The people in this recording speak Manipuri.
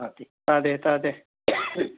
ꯇꯥꯗꯦ ꯇꯥꯗꯦ